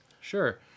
Sure